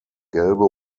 gelbe